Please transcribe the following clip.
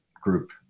group